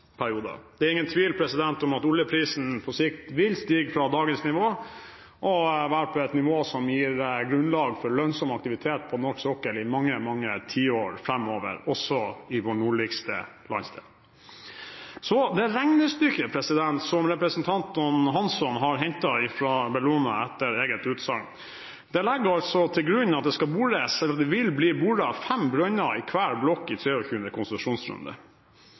Det er ingen tvil om at oljeprisen på sikt vil stige fra dagens nivå og være på et nivå som gir grunnlag for lønnsom aktivitet på norsk sokkel i mange, mange tiår framover – også i vår nordligste landsdel. Regnestykket som representanten Hansson har hentet fra Bellona, etter eget utsagn, legger til grunn at det vil bli boret fem brønner i hver blokk i 23. konsesjonsrunde.